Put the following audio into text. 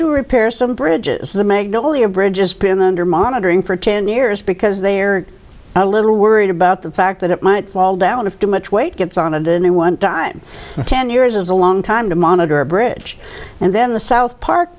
to repair some bridges the magnolia bridge just been under monitoring for ten years because they are a little worried about the fact that it might fall down if too much weight gets on it in a one time ten years is a long time to monitor a bridge and then the south park